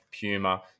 Puma